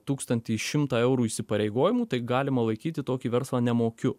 tūkstantį šimtą eurų įsipareigojimų tai galima laikyti tokį verslą nemokiu